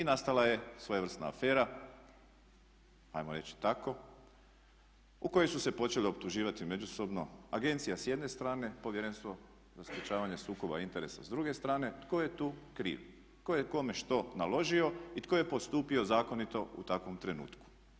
I nastala je svojevrsna afera, ajmo reći tako, u kojoj su se počeli optuživati međusobno agencija s jedne strane, Povjerenstvo za sprječavanje sukoba interesa s druge strane tko je tu kriv, tko je kome što naložio i tko je postupio zakonito u takvom trenutku.